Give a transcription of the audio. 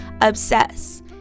Obsess